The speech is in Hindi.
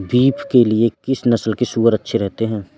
बीफ के लिए किस नस्ल के सूअर अच्छे रहते हैं?